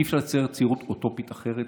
אי-אפשר לצייר ציור אוטופי אחר.